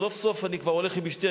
סוף-סוף אני כבר הולך עם אשתי,